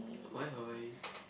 why Hawaii